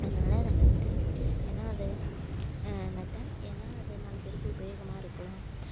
அதனால் அதை நட்டேன் ஏன்னா அது நட்டேன் ஏன்னா அது நாலு பேருக்கு உபயோகமாகருக்கும்